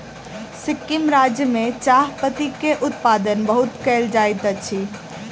सिक्किम राज्य में चाह पत्ती के उत्पादन बहुत कयल जाइत अछि